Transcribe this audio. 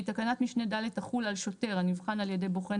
"(ה) תקנת משנה (ד) תחול על שוטר הנבחן על ידי בוחן